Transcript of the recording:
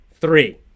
three